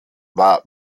war